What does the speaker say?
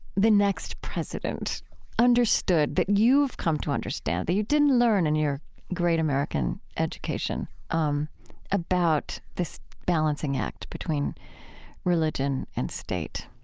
the next president understood that you've come to understand that you didn't learn in your great american education um about this balancing act between religion and state?